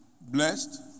blessed